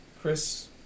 Chris